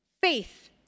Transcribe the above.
faith